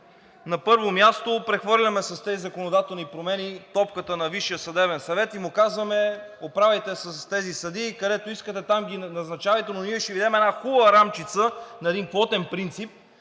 На първо място, прехвърляме с тези законодателни промени топката на Висшия съдебен съвет и му казваме: оправяйте се с тези съдии. Където искате, там ги назначавайте, но ние ще Ви дадем една хубава рамчица на един квотен принцип,